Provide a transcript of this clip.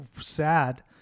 sad